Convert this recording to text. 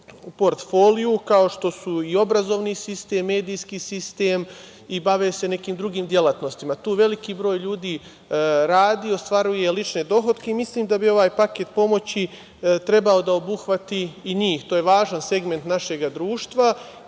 portfoliju, kao što su i obrazovni sistem, medijski sistem i bave se nekim drugim delatnostima. Tu veliki broj ljudi radi i ostvaruje lične dohotke. Mislim da bi ovaj paket pomoći trebao da obuhvati i njih. To je važan segment našeg društva